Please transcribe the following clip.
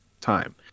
time